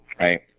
right